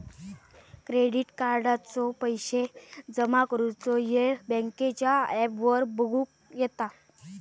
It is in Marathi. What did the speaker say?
क्रेडिट कार्डाचो पैशे जमा करुचो येळ बँकेच्या ॲपवर बगुक येता